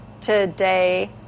today